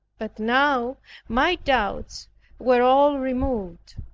but now my doubts were all removed.